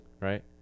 right